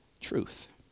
truth